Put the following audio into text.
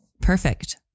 Perfect